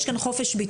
אני אומר דברי אמת.